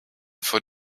for